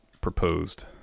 proposed